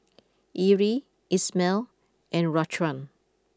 Erie Ismael and Raquan